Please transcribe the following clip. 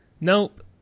nope